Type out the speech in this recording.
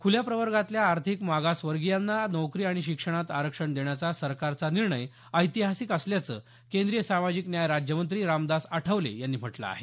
खुल्या प्रवर्गातल्या आर्थिक मागासवर्गीयांना नोकरी आणि शिक्षणात आरक्षण देण्याचा सरकारचा निर्णय ऐतिहासिक असल्याचं केंद्रीय सामाजिक न्याय राज्यमंत्री रामदास आठवले यांनी म्हटलं आहे